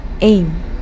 aim